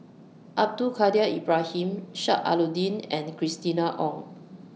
Abdul Kadir Ibrahim Sheik Alau'ddin and Christina Ong